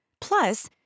Plus